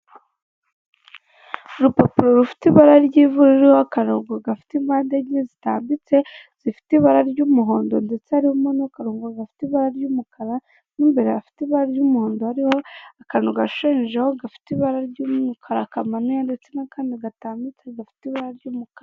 Urupapuro rufite ibara ry'ivu ruriho akarongo gafite impande enye zitambitse, zifite ibara ry'umuhondo ndetse harimo n'akarongo gafite ibara ry'umukara, n'imbere hafite ibara ry'umuhondo hariho akantu gashushanyijeho gafite ibara ry'umukara kamanuye ndetse n'akandi gatambitse gafite ibara ry'umukara.